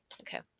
Okay